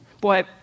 Boy